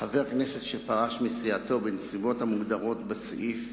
חבר כנסת שפרש מסיעתו בנסיבות המוגדרות בסעיף,